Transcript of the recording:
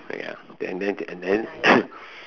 ya and then and then